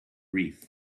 reef